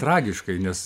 tragiškai nes